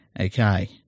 Okay